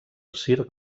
circ